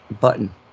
button